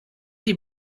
die